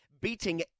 beating